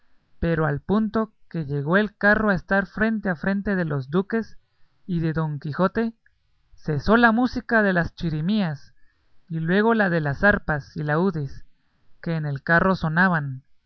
pero al punto que llegó el carro a estar frente a frente de los duques y de don quijote cesó la música de las chirimías y luego la de las arpas y laúdes que en el carro sonaban